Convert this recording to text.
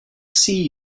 see